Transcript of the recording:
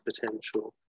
potential